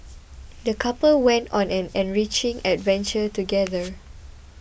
the couple went on an enriching adventure together